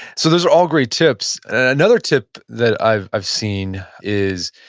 so, those are all great tips. another tip that i've i've seen is,